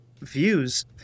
views